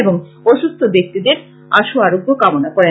এবং অসুস্থ ব্যাক্তিদের আশু আরোগ্য কামনা করেন